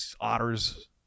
otters